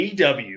AW